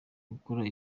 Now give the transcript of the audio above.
gukora